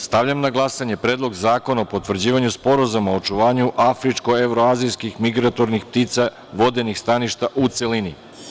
Stavljam na glasanje Predlog zakona o potvrđivanju Sporazuma o očuvanju afričko- evroazijskih migratornih ptica vodenih staništa, u celini.